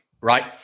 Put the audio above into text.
right